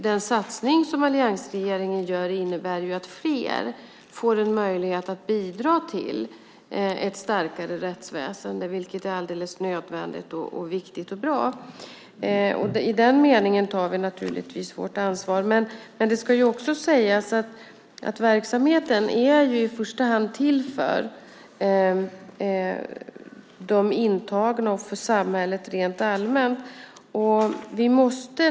Den satsning som alliansregeringen gör innebär att fler får en möjlighet att bidra till ett starkare rättsväsende, vilket är alldeles nödvändigt, viktigt och bra. I den meningen tar vi naturligtvis vårt ansvar. Men det ska också sägas att verksamheten i första hand är till för de intagna och för samhället rent allmänt.